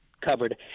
covered